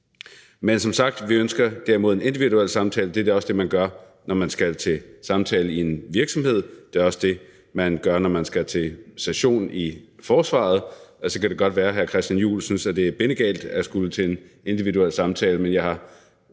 nej til det. Vi ønsker som sagt en individuel samtale. Det er også det, man har, når man skal til samtale i en virksomhed, og det er også det, man har, når man skal til session i forsvaret. Så kan det godt være, at hr. Christian Juhl synes, at det er bindegalt at skulle til en individuel samtale,